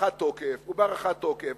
ובהארכת תוקף ובהארכת תוקף.